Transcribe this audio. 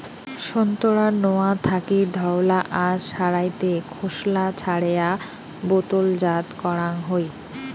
সোন্তোরার নোয়া থাকি ধওলা আশ সারাইতে খোসলা ছারেয়া বোতলজাত করাং হই